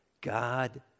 God